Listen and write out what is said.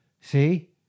See